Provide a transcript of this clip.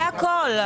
זה הכול.